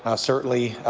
ah certainly,